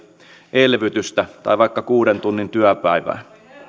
elvytystä tai vaikka kuuden tunnin työpäivää